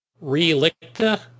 Relicta